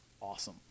awesome